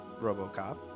RoboCop